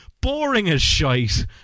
boring-as-shite